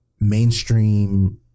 mainstream